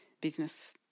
business